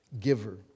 giver